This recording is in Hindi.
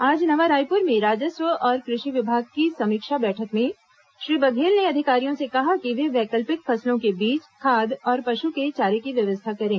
आज नवा रायपुर में राजस्व और कृषि विभाग की समीक्षा बैठक में श्री बघेल ने अधिकारियों से कहा कि वे वैकल्पिक फसलों के बीज खाद और पशु के चारे की व्यवस्था करें